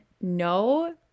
no